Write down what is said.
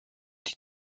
die